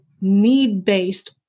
need-based